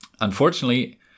Unfortunately